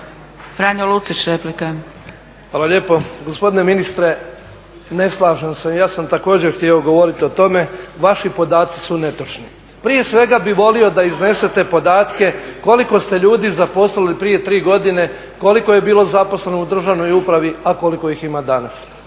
Franjo (HDZ)** Hvala lijepo. Gospodine ministre, ne slažem se. Ja sam također htio govoriti o tome, vaši podaci su netočni. Prije svega bih volio da iznesete podatke koliko ste ljudi zaposlili prije 3 godine, koliko je bilo zaposleno u državnoj upravi, a koliko ih ima danas?